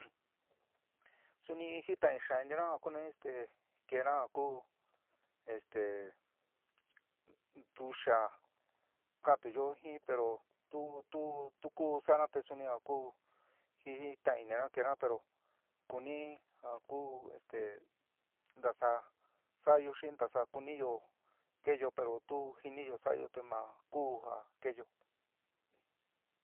Suni jitain xaán ininá a ku ni este keéna ja ku este ntuxa ka'antuyo jin pero tu tu tu ku sa'ana te suni a ku jitaiina keéna pero kuni ja ku esté ntasa sa'ayo xi ntasa kuniyo keéyo pero tu jiniyo sa'ayo te ma ku ja keéyo.